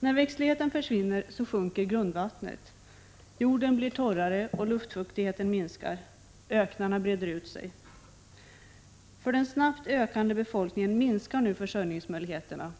När växtligheten försvinner sjunker grundvattnet, jorden blir torrare, luftfuktigheten minskar och öknarna breder ut sig. För den snabbt ökande befolkningen minskar nu försörjningsmöjligheterna.